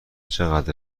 چقدر